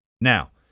Now